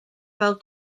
fel